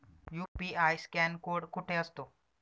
UPI scan code कुठे असतो?